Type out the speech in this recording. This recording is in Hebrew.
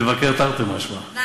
לבקר, תרתי משמע, כן?